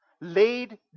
laid